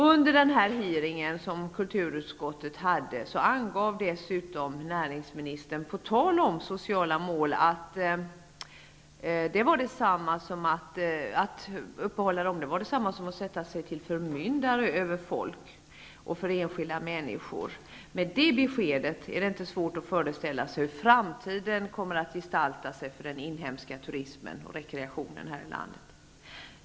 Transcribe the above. Under den hearing som kulturutskottet anordnade angav dessutom näringsministern på tal om sociala mål att uppsättandet av sådana var detsamma som att sätta sig som förmyndare över enskilda människor. Med det beskedet är det inte svårt att föreställa sig hur framtiden kommer att gestalta sig för den inhemska turismen och rekreationen i vårt land.